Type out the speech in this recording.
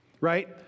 right